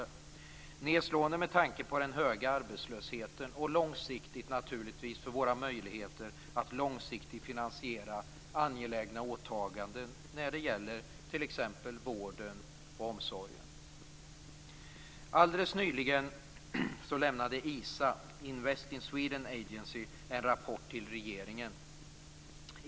De är nedslående med tanke på den höga arbetslösheten och naturligtvis med tanke på våra möjligheter att långsiktigt finansiera angelägna åtaganden inom t.ex. vården och omsorgen. Alldeles nyligen lämnade ISA, Invest in Sweden Agency, en rapport till regeringen.